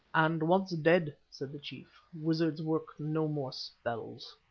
and once dead, said the chiefs, wizards work no more spells,